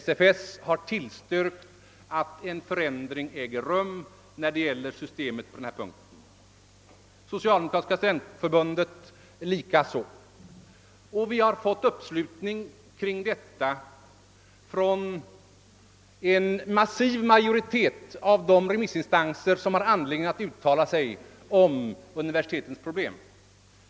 SFS har tillstyrkt att en förändring äger rum inom systemet på denna punkt, Socialdemokratiska studentförbundet likaså. Vi har också fått uppslutning kring detta från en massiv majoritet av de remissinstanser som har anledning att uttala sig om universitetens problem.